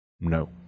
No